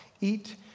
eat